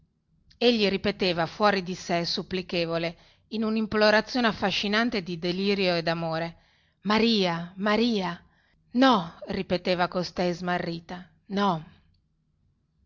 egli ripeteva fuori di sè supplichevole in unimplorazione affascinante di delirio e damore maria maria no ripeteva costei smarrita no